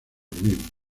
mismos